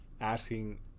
asking